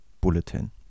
Bulletin